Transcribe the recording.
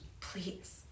Please